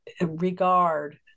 regard